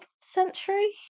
century